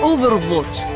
Overwatch